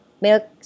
milk